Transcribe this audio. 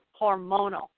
hormonal